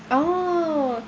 oh